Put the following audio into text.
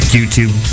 YouTube